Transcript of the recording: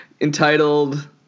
entitled